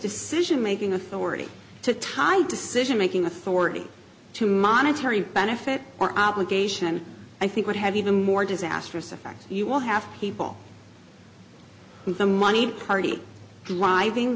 decision making authority to tie decision making authority to monetary benefit or obligation i think would have even more disastrous effects you will have people the money party driving